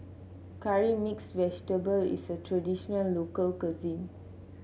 Curry Mixed Vegetable is a traditional local cuisine